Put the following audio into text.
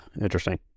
Interesting